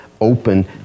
open